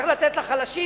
צריך לתת לחלשים,